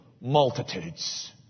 multitudes